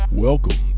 Welcome